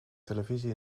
televisie